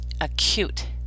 acute